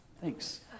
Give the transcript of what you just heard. Thanks